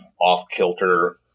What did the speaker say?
off-kilter